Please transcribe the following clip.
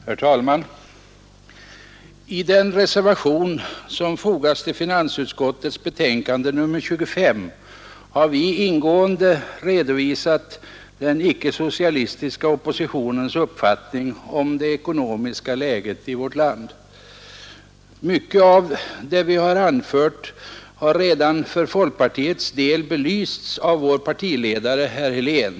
Herr talman! I den reservation som fogats till finansutskottets betänkande nr 25 har vi ingående redovisat den icke-socialistiska oppositionens uppfattning om det ekonomiska läget i vårt land. Mycket av det vi där anfört har redan för folkpartiets del belysts av vår partiledare, herr Helén.